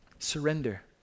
Surrender